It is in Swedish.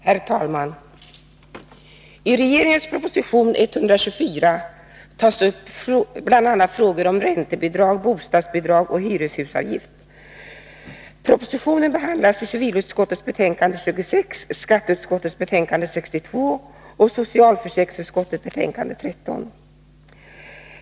Herr talman! I regeringens proposition 1981/82:124 tas upp bl.a. frågor om räntebidrag, bostadsbidrag och hyreshusavgift. Propositionen behandlas i civilutskottets betänkande 26, skatteutskottets betänkande 62 och socialförsäkringsutskottets betänkande 13.